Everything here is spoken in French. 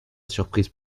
surprise